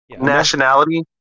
nationality